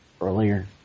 earlier